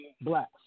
blacks